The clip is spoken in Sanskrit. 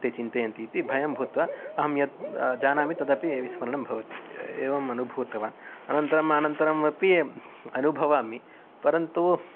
ते चिन्तयन्ति इति भयं भूत्वा अहं यद् जानामि तदपि विस्मरणं भवति एवम् अनुभूतवान् अनन्तरम् अनन्तरम् अपि अनुभवामि परन्तु